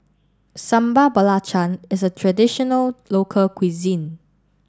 Sambal Belacan is a traditional local cuisine